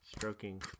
Stroking